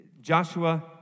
Joshua